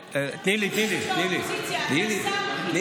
אבל